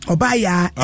Obaya